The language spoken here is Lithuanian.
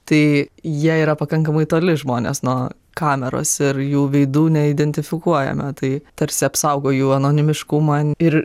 tai jie yra pakankamai toli žmonės nuo kameros ir jų veidų neidentifikuojame tai tarsi apsaugo jų anonimiškumą ir